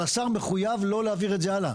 אבל השר מחויב לא להעביר את זה הלאה.